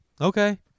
Okay